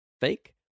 fake